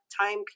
time